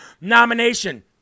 nomination